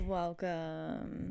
welcome